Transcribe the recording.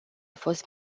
fost